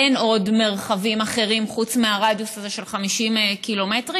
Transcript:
אין עוד מרחבים אחרים חוץ מהרדיוס הזה של 50 קילומטרים.